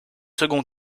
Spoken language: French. second